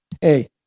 Hey